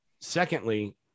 Secondly